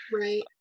right